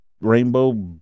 rainbow